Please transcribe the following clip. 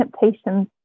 temptations